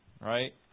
right